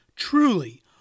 Truly